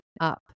up